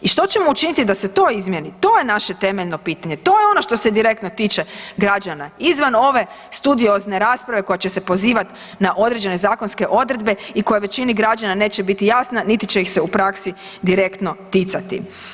I što ćemo učiniti da se to izmjeni, to je naše temeljno pitanje, to je ono što se direktno tiče građana izvan ove studiozne rasprave koja će se pozivati na određene zakonske odredbe i koje većini građana neće biti jasne niti će ih se u praksi direktno ticati.